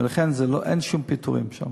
ולכן אין שום פיטורים שם.